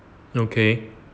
okay